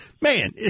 man